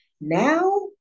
now